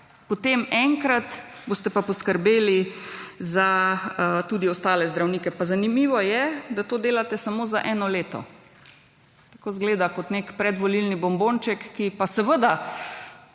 potem enkrat boste pa poskrbeli za tudi ostale zdravnike. Pa zanimivo je, da to delate samo za 1 leto. Kot zgleda kot nek predvolilni bombonček, ki pa seveda,